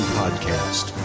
podcast